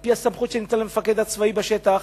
על-פי הסמכות שניתנה למפקד הצבאי בשטח,